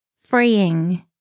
freeing